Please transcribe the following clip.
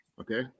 Okay